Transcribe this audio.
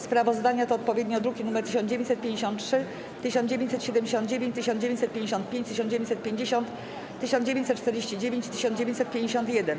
Sprawozdania to odpowiednio druki nr 1953, 1979, 1955, 1950, 1949 i 1951.